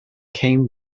came